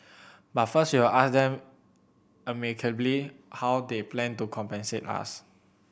but first we will ask them amicably how they plan to compensate us